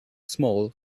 small